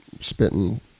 spitting